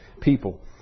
people